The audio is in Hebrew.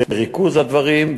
בריכוז הדברים,